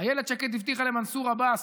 אילת שקד הבטיחה למנסור עבאס